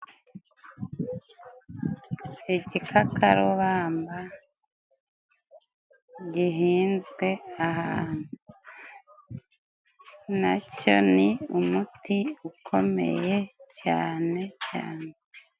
Igikakarubamba gihinzwe ahantu. Na cyo ni umuti ukomeye cyane cyane.